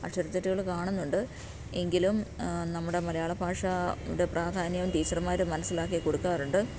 അക്ഷരത്തെറ്റുകൾ കാണുന്നുണ്ട് എങ്കിലും നമ്മുടെ മലയാള ഭാഷയുടെ പ്രാധാന്യം ടീച്ചർമാരും മനസ്സിലാക്കി കൊടുക്കാറുണ്ട്